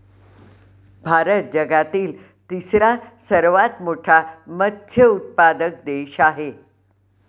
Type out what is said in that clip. भारत जगातील तिसरा सर्वात मोठा मत्स्य उत्पादक देश आहे